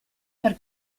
per